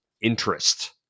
interest